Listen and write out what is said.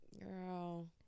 Girl